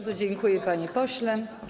Dziękuję, panie pośle.